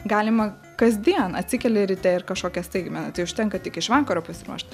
galima kasdien atsikeli ryte ir kažkokią staigmeną tai užtenka tik iš vakaro pasiruošti